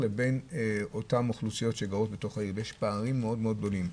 יש פערים מאוד-מאוד גדולים.